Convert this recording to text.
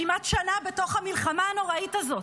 כמעט שנה בתוך המלחמה הנוראית הזאת?